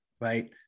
Right